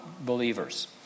believers